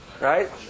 right